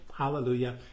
hallelujah